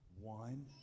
one